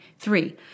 Three